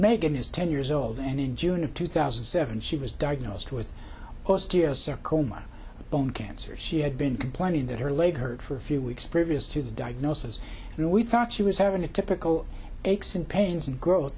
megan is ten years old and in june of two thousand and seven she was diagnosed with post dear sir coma bone cancer she had been complaining that her leg hurt for a few weeks previous to the diagnosis and we thought she was having a typical aches and pains and g